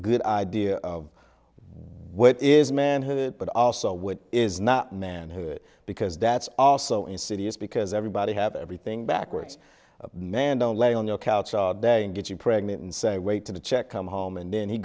good idea of what is manhood but also what is not manhood because that's also insidious because everybody have everything backwards man don't lay on your couch they get you pregnant and say wait to check come home and then he